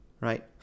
right